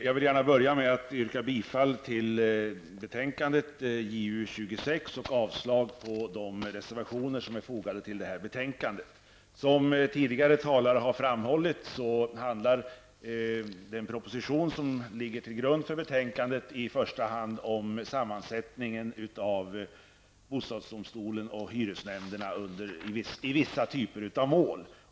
Fru talman! Jag börjar med att yrka bifall till hemställan i justitieutskottets betänkande 26 och avslag på de reservationer som fogats till betänkandet. Som tidigare talare framhållit handlar den proposition som ligger till grund för betänkandet i första hand om sammansättningen av bostadsdomstolen och hyresnämnderna i vissa typer av mål.